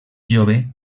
jove